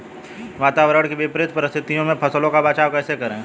वातावरण की विपरीत परिस्थितियों में फसलों का बचाव कैसे करें?